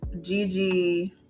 Gigi